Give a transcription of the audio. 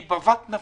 שהיא בבת נפשנו,